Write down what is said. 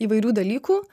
įvairių dalykų